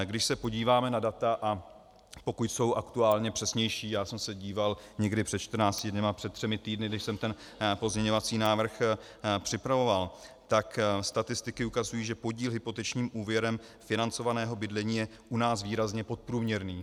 Když se podíváme na data, a pokud jsou aktuálně přesnější, já jsem se díval někdy před 14 dny, před třemi týdny, když jsem ten pozměňovací návrh připravoval, tak statistiky ukazují, že podíl hypotečním úvěrem financovaného bydlení je u nás výrazně podprůměrný.